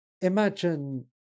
Imagine